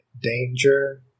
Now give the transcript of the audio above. Danger